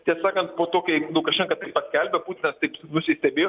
tiesą sakant po to kai lukašenka paskelbė putinas taip nusistebėjo